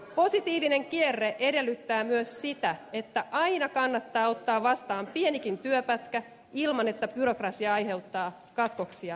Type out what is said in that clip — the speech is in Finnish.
positiivinen kierre edellyttää myös sitä että aina kannattaa ottaa vastaan pienikin työpätkä ilman että byrokratia aiheuttaa katkoksia rahantuloon